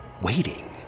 waiting